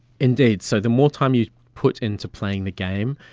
indeed, so the more time you put into playing the game,